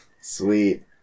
Sweet